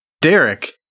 Derek